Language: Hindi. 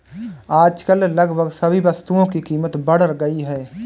आजकल लगभग सभी वस्तुओं की कीमत बढ़ गई है